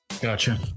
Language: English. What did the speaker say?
Gotcha